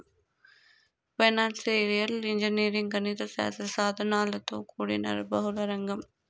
financial engineering గణిత శాస్త్ర సాధనలతో కూడిన బహుళ రంగం